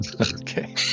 Okay